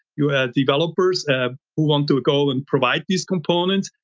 you are developers who want to go and provide these components.